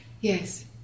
yes